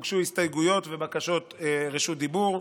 הוגשו הסתייגויות ובקשות רשות דיבור.